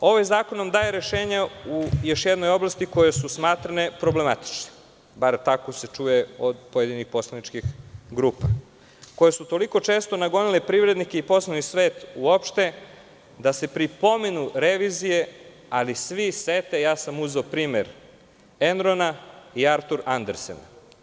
Ovaj zakon nam daje rešenje u još jednoj oblasti koja je smatrana problematičnom, bar se tako čuje od pojedinih poslaničkih grupa, koje su toliko često nagonile privrednike i poslovni svet uopšte, da se pri pomenu revizije svi sete, uzeo sam primer Enrona i Artur Andersena.